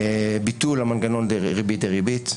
ביטול המנגנון ריבית דריבית,